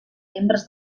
membres